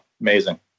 amazing